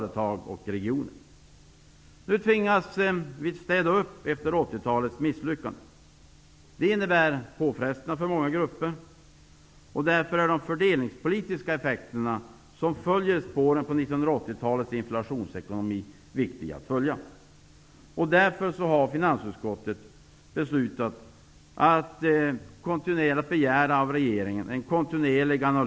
En låg bestående inflationstakt skapar faktiskt förutsättningar för lägre räntor och en rättvis fördelningspolitik. Visst vill vi främja sparande och hushållning i stället för slösande och misshushållning. Alltför länge har kortsiktigt ekonomiskt tänkande gått ut över miljön och naturresurserna.